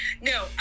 No